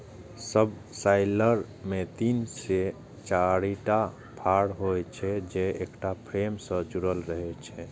subsoiler मे तीन से चारिटा फाड़ होइ छै, जे एकटा फ्रेम सं जुड़ल रहै छै